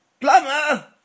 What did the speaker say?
Plumber